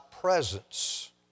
presence